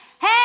Hey